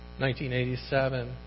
1987